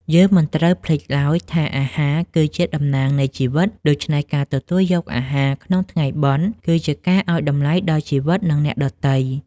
យើងមិនត្រូវភ្លេចឡើយថាអាហារគឺជាតំណាងនៃជីវិត ដូច្នេះការទទួលយកអាហារក្នុងថ្ងៃបុណ្យគឺជាការឱ្យតម្លៃដល់ជីវិតនិងអ្នកដទៃ។